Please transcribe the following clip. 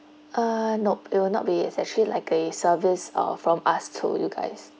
uh nope it will not be it's actually like a service uh from us to you guys